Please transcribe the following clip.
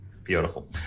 Beautiful